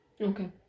Okay